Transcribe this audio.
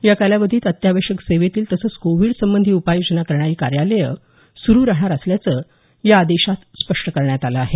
या कालावधीत अत्यावश्यक सेवेतील तसंच कोविड संबंधी उपायोजना करणारी कार्यालयं सुरू राहणार असल्याचं या आदेशात स्पष्ट केलं आहे